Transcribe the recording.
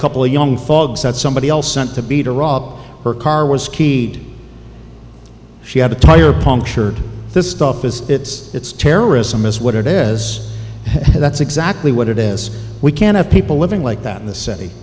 couple young fogs that somebody else sent to be to rob her car was keyed she had a tire punctured this stuff is it's it's terrorism is what it is and that's exactly what it is we can't have people living like that in the city